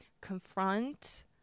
confront